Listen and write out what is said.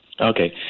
Okay